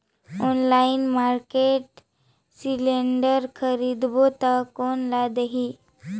Online market cylinder खरीदबो ता कोन ला देही?